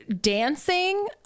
Dancing